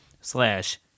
slash